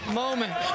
moment